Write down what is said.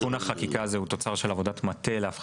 אני אגיד שתיקון החקיקה הזה הוא תוצר של עבודת מטה להפחתת